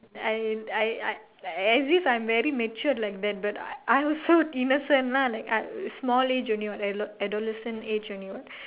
I'll I I as if I'm very matured like that but I also innocent lah like I small age only what adol~ adolescent age only what